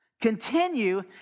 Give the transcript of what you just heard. continue